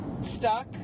stuck